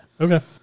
Okay